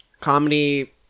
comedy